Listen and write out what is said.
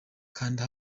kanda